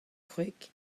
kwreg